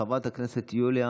חברת הכנסת יוליה